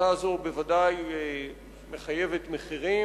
ההחלטה הזאת מחייבת שחרור של אסירים